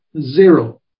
Zero